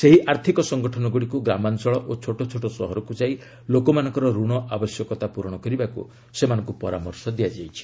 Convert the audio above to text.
ସେହି ଆର୍ଥିକ ସଂଗଠନଗୁଡ଼ିକୁ ଗ୍ରାମାଞ୍ଚଳ ଓ ଛୋଟଛୋଟ ସହରକୁ ଯାଇ ଲୋକମାନଙ୍କର ଋଣ ଆବଶ୍ୟକତା ପୂରଣ କରିବାକୁ ସେମାନଙ୍କୁ ପରାମର୍ଶ ଦିଆଯାଇଛି